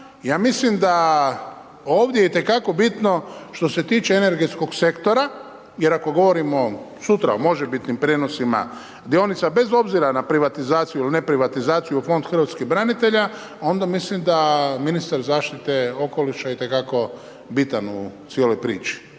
ja mislim da ovdje itekako bitno što se tiče energetskog sektora jer ako govorimo sutra o može bitnim prijenosima dionica bez obzira na privatizaciju ili ne privatizaciju u Fond hrvatskih branitelja, onda mislim da ministar zaštite okoliša itekako bitan u cijeloj priči